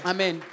Amen